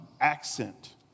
accent